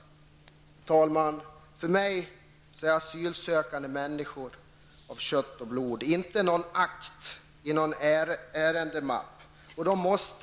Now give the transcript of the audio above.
Herr talman! För mig är en asylsökande en människa av kött och blod, som måste garanteras rättvis behandling.